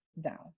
down